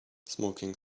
smoking